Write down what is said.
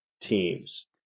teams